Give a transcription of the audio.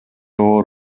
оор